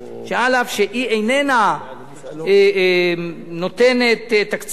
ואף שהיא איננה נותנת תקציב,